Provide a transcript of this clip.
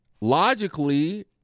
logically